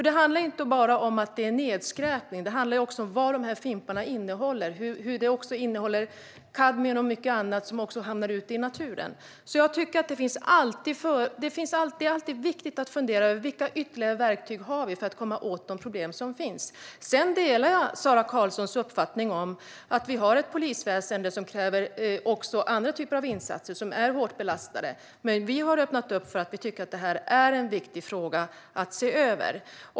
Det handlar ju inte bara om att det är nedskräpning utan också om vad fimparna innehåller. De innehåller kadmium och mycket annat som hamnar ute i naturen. Det är viktigt att fundera över vilka ytterligare verktyg vi har för att komma åt de problem som finns. Sedan håller jag med Sara Karlsson om att vi har ett polisväsen som också kräver andra typer av insatser. Polisen är hårt belastad. Men vi har öppnat för att detta är en viktig fråga att se över.